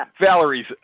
Valerie's